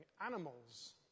animals